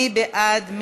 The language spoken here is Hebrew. מי בעד?